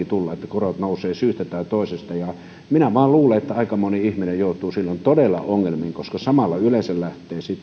korot nousevat syystä tai toisesta minä vain luulen että aika moni ihminen joutuu silloin todella ongelmiin koska samalla yleensä lähtee sitten